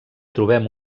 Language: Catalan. trobem